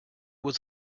was